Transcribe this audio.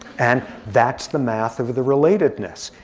and that's the math of of the relatedness.